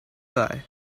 guy